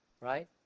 right